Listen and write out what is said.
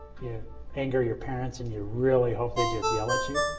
you anger your parents and you really hope they just yell at you.